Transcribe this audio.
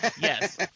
Yes